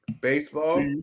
baseball